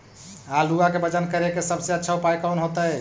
आलुआ के वजन करेके सबसे अच्छा उपाय कौन होतई?